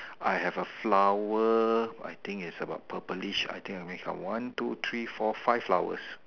I have a flower I think is about purplish I think I miss out one two three four five flowers